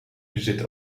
bezit